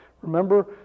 remember